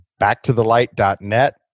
Backtothelight.net